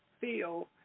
feel